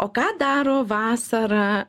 o ką daro vasarą